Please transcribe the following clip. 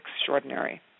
extraordinary